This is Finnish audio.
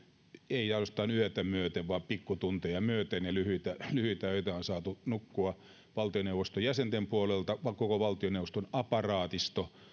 ei ainoastaan yötä myöten vaan pikkutunteja myöten ja lyhyitä lyhyitä öitä on saatu nukkua valtioneuvoston jäsenten puolelta koko valtioneuvoston aparaatisto